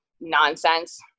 nonsense